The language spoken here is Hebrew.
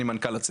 אני מנכל הצוות.